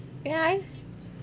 ya